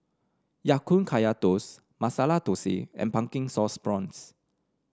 Ya Kun Kaya Toast Masala Thosai and Pumpkin Sauce Prawns